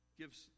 gives